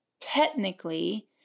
technically